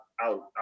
out